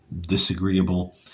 disagreeable